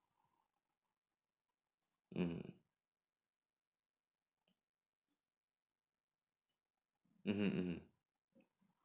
mmhmm mmhmm mmhmm